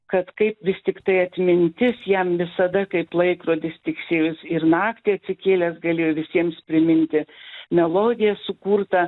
kad kaip vis tiktai atmintis jam visada kaip laikrodis tiksėjo jis ir naktį atsikėlęs galėjo visiems priminti melodiją sukurtą